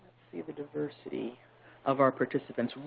see the diversity of our participants.